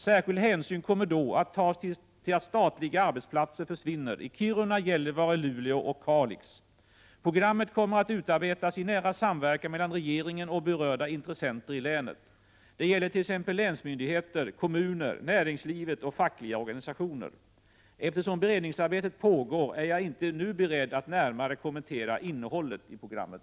Särskild hänsyn kommer då att tas till att statliga arbetsplatser försvinner i Kiruna, Gällivare, Luleå och Kalix. Programmet kommer att utarbetas i nära samverkan mellan regeringen och berörda intressenter i länet. Det gällert.ex. länsmyndigheter, kommuner, näringslivet och fackliga organisationer. Eftersom beredningsarbetet pågår är jag inte nu beredd att närmare kommentera innehållet i programmet.